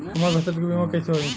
हमरा फसल के बीमा कैसे होई?